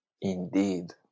Indeed